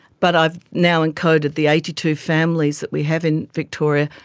but i've now encoded the eighty two families that we have in victoria,